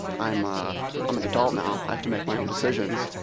i'm ah um an adult now, i have to make my own decisions,